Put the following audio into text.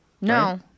No